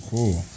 Cool